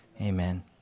amen